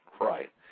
Right